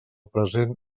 present